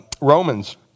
Romans